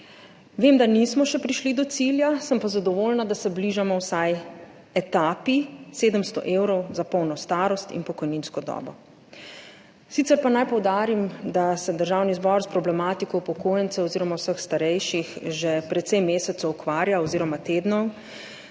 Vem, da še nismo prišli do cilja, sem pa zadovoljna, da se bližamo vsaj etapi 700 evrov za polno starost in pokojninsko dobo. Sicer pa naj poudarim, da se Državni zbor s problematiko upokojencev oziroma vseh starejših ukvarja že precej mesecev oziroma tednov.